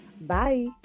Bye